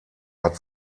hat